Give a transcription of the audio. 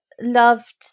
loved